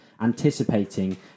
anticipating